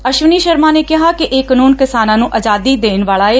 ਅਸ਼ਵਨੀ ਸ਼ਰਮਾ ਨੇ ਕਿਹਾ ਕਿ ਇਹ ਕਾਨੁੰਨ ਕਿਸਾਨਾਂ ਨੁੰ ਆਜ਼ਾਦੀ ਦੇਣ ਵਾਲਾ ਏ